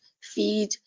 feed